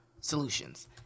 solutions